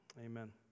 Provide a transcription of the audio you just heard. amen